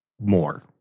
more